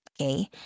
okay